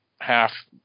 half